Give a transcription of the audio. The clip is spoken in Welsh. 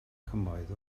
cymoedd